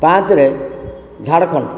ପାଞ୍ଚରେ ଝାଡ଼ଖଣ୍ଡ